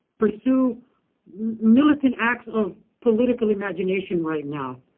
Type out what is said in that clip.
pursue militant acts of political imagination right now.